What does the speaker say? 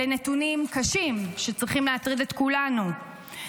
אלה נתונים קשים שצריכים להטריד את כולנו.